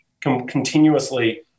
continuously